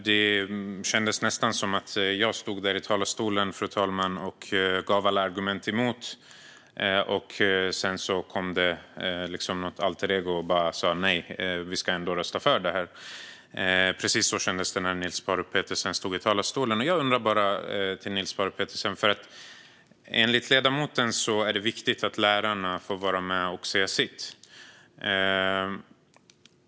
Det kändes nästan som att jag stod där i talarstolen och gav alla argument emot, och sedan kom det något alter ego och sa att vi ändå ska rösta för detta. Precis så kändes det när Niels Paarup-Petersen stod i talarstolen. Enligt ledamoten är det viktigt att lärarna får vara med och säga sitt.